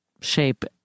shape